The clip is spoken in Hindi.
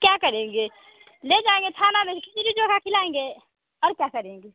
क्या करेंगे ले जाएँगे थाने में खिचड़ी चोखा खिलाएँगे और क्या करेंगे